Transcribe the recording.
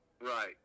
Right